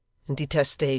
in detestation.